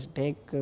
take